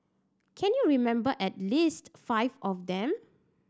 can you remember at least five of them